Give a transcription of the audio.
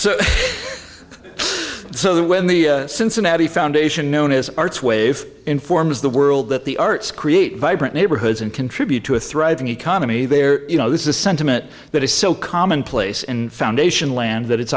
hipsters so that when the cincinnati foundation known as arts wave informs the world that the arts create vibrant neighborhoods and contribute to a thriving economy there you know this is a sentiment that is so commonplace in foundation land that it's